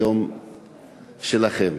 ביום שלכן.